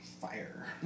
fire